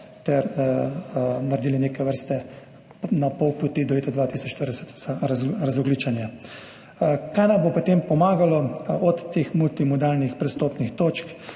ter naredili neke vrste pol poti do leta 2040 za razogljičenje. Kaj nam bo pri tem pomagalo? Od multimodalnih prestopnih točk